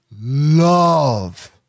love